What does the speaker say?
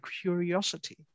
curiosity